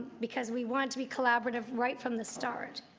because we want to be collaborative right from the start.